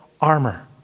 armor